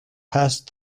past